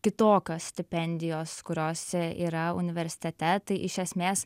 kitokios stipendijos kuriose yra universitete tai iš esmės